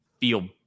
feel